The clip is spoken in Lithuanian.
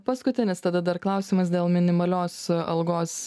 paskutinis tada dar klausimas dėl minimalios algos